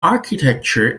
architecture